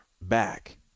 back